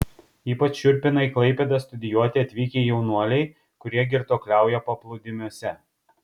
ypač šiurpina į klaipėdą studijuoti atvykę jaunuoliai kurie girtuokliauja paplūdimiuose